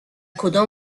کدام